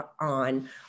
on